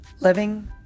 living